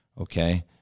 Okay